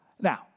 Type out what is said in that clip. Now